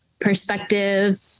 perspective